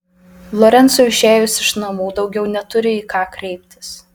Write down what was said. lorencui išėjus iš namų daugiau neturi į ką kreiptis